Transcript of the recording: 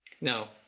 Now